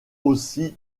aussi